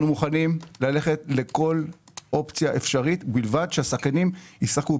אנחנו מוכנים ללכת לכל אופציה אפשרית ובלבד שהשחקנים ישחקו.